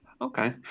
Okay